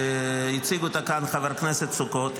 שהציג אותה כאן חבר הכנסת סוכות,